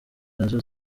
nazo